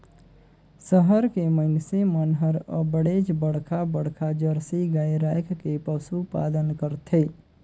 सहर के मइनसे मन हर अबड़ेच बड़खा बड़खा जरसी गाय रायख के पसुपालन करथे